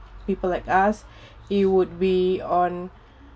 people like us it would be on